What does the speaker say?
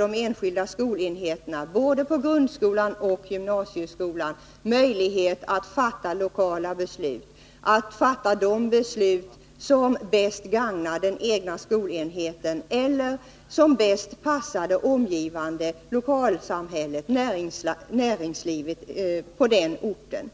de enskilda skolenheterna, både i grundskolan och i gymnasieskolan, möjlighet att fatta lokala beslut, att fatta de beslut som bäst gagnar den egna skolenheten eller som bäst passar det omgivande lokalsamhället, näringslivet på den orten.